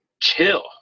chill